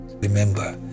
Remember